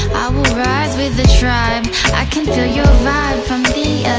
will rise with the tribe i can feel your vibe from the